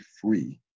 free